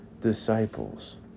disciples